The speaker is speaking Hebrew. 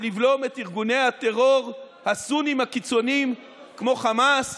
לבלום את ארגוני הטרור הסונים הקיצוניים כמו חמאס